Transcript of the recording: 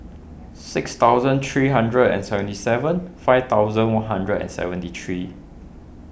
six thousand three hundred and seventy seven five thousand one hundred and seventy three